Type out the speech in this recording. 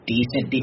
decent